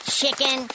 chicken